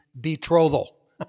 betrothal